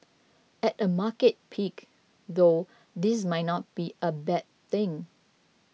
at a market peak though this might not be a bad thing